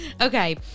Okay